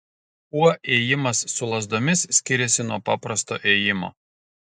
kuo ėjimas su lazdomis skiriasi nuo paprasto ėjimo